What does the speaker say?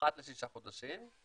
אחת לשישה חודשים.